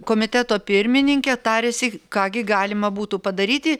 komiteto pirmininke tarėsi ką gi galima būtų padaryti